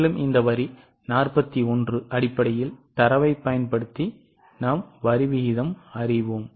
மேலும் இந்த வரி 41 அடிப்படையில் தரவைப் பயன்படுத்தி நாம் வரி விகிதம் அறிவோம்